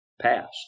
past